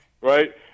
right